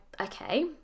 okay